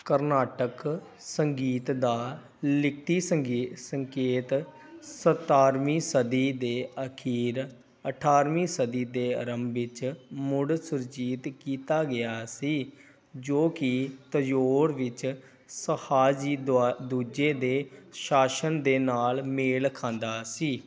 ਕਰਨਾਟਕ ਸੰਗੀਤ ਦਾ ਲਿਖਤੀ ਸੰਗੀ ਸੰਕੇਤ ਸਤਾਰਵੀਂ ਸਦੀ ਦੇ ਅਖੀਰ ਅਠਾਰਵੀਂ ਸਦੀ ਦੇ ਆਰੰਭ ਵਿੱਚ ਮੁੜ ਸੁਰਜੀਤ ਕੀਤਾ ਗਿਆ ਸੀ ਜੋ ਕਿ ਤੰਜੌਰ ਵਿੱਚ ਸ਼ਾਹਾਜੀ ਦੁਆ ਦੂਜੇ ਦੇ ਸ਼ਾਸਨ ਦੇ ਨਾਲ ਮੇਲ ਖਾਂਦਾ ਸੀ